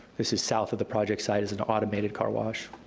this is south of the project site is an automated car wash.